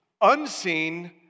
unseen